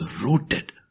rooted